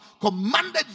commanded